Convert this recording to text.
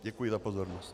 Děkuji za pozornost.